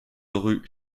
rue